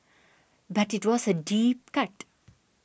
but it was a deep cut